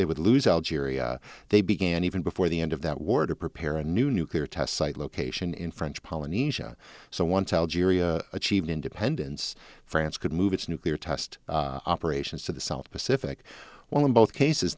they would lose algeria they began even before the end of that war to prepare a new nuclear test site location in french polynesia so once algeria achieved independence france could move its nuclear test operations to the south pacific while in both cases